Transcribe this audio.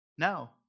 No